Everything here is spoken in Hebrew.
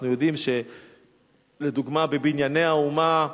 אנחנו יודעים, לדוגמה, ב"בנייני האומה"